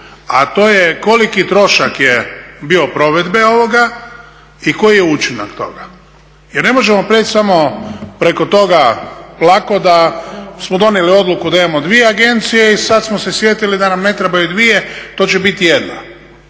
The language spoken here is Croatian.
a to je koliki trošak je bio provedbe ovoga i koji je učinak toga? Jer ne možemo preći samo preko toga lako da smo donijeli odluku da imamo dvije agencije i sad smo se sjetili da nam ne trebaju dvije, to će biti jedna.